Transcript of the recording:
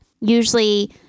usually